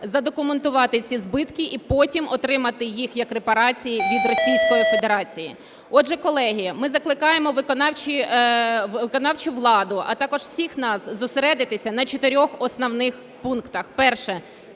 задокументувати ці збитки і потім отримати їх як репарації від Російської Федерації. Отже, колеги, ми закликаємо виконавчу владу, а також усіх нас зосередитися на чотирьох основних пунктах. Перше